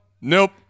nope